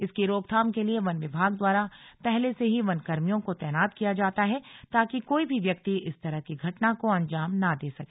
इसकी रोकथाम के लिए वन विभाग द्वारा पहले से ही वन कर्मियों को तैनात किया जाता है ताकि कोई भी व्यक्ति इस तरह की घटना को अंजाम ना दे सके